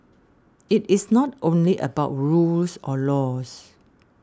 it is not only about rules or laws